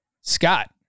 Scott